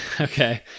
Okay